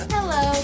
Hello